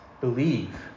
believe